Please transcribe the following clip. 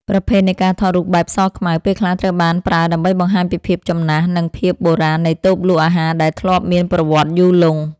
ប្រភេទនៃការថតរូបបែបសខ្មៅ ពេលខ្លះត្រូវបានប្រើដើម្បីបង្ហាញពីភាពចំណាស់ និងភាពបុរាណនៃតូបលក់អាហារដែលធ្លាប់មានប្រវត្តិយូរលង់។